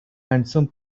handsome